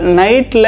night